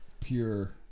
pure